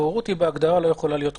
בוררות בהגדרה לא יכולה להיות חובה,